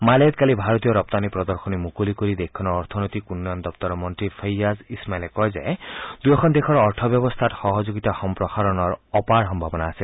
মালেত কালি ভাৰতীয় ৰপ্তানি প্ৰদশনী মুকলি কৰি দেশখনৰ অৰ্থনৈতিক উন্নয়ন দগুৰৰ মন্ত্ৰী ফয়্যাজ ইছমাইলে কয় যে দুয়োখন দেশৰ অৰ্থব্যৱস্থাত সহযোগিতা সম্প্ৰসাৰণৰ অপাৰ সম্ভাৱনা আছে